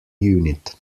unit